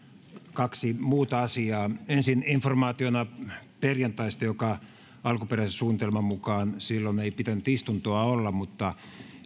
kaksi muuta asiaa ensin informaationa perjantaista alkuperäisen suunnitelman mukaan silloin ei pitänyt istuntoa olla mutta